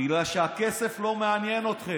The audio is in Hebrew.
בגלל שהכסף לא מעניין אתכם,